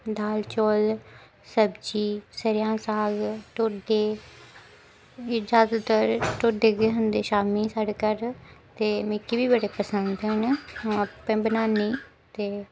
दाल चौल सब्जी सरेआं साग टोड्डे ज्यादातर टोड्डे गै खंदे शाम्मी साढ़े घर ते मिकी बी बड़े पसंद न अऊं आपे बनानी ते